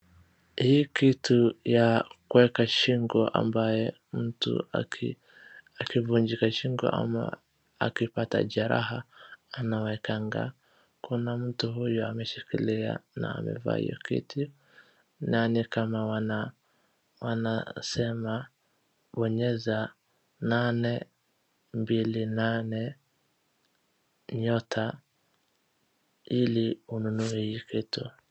Hii kitu ya kueka shingo ambaye mtu akivunjika shingo ama akipata jeraha anawekanga. Kuna mtu huyu ameshikilia na amevaa hio kitu na nikama wanasema bonyeza nane, mbili, nane, nyota ili ununue hii kitu.